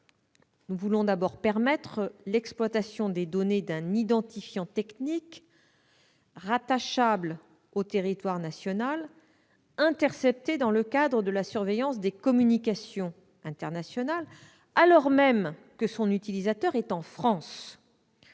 Nous voulons d'abord permettre l'exploitation des données d'un identifiant technique rattachable au territoire national interceptées dans le cadre de la surveillance des communications internationales, alors même que son utilisateur est en France.